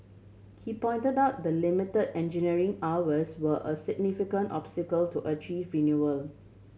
he pointed out the limit engineering hours were a significant obstacle to achieving renewal